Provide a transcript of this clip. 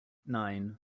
nine